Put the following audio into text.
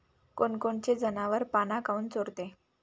कोनकोनचे जनावरं पाना काऊन चोरते?